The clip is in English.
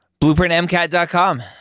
BlueprintMCAT.com